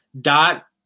dot